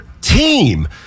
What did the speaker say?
team